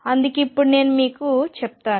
ఎందుకని ఇప్పుడు నేను మీకు చెప్తాను